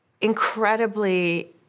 incredibly